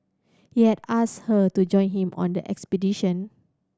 he had asked her to join him on the expedition